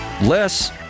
Less